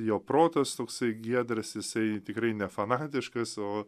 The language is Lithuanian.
jo protas toksai giedras jisai tikrai nefanatiškas o